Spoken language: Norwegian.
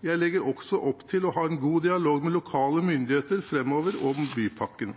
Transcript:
Jeg legger også opp til å ha en god dialog med lokale myndigheter fremover om Bypakken.